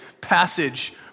passage